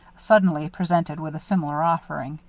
suddenly presented with a similar offering.